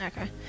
okay